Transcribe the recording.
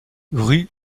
rue